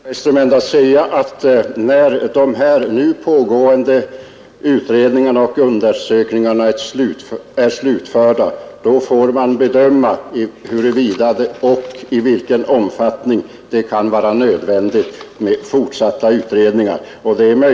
Herr talman! Låt mig till fröken Bergström endast säga att när de nu pågående utredningarna och undersökningarna är slutförda, så får man bedöma huruvida och i vilken omfattning det kan vara nödvändigt med fortsatta utredningar.